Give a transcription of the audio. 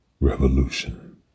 revolution